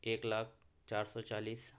ایک لاکھ چار سو چالیس